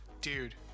dude